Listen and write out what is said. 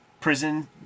prison